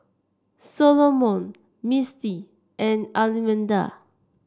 Solomon Misti and Almeda